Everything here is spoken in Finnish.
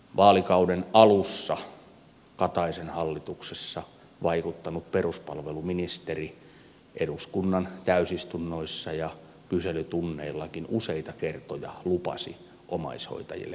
vaalikauden alussa kataisen hallituksessa vaikuttanut peruspalveluministeri eduskunnan täysistunnoissa ja kyselytunneillakin useita kertoja lupasi omaishoitajille paljon